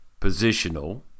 Positional